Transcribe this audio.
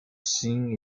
singh